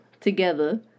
together